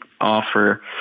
offer